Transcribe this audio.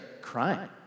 crying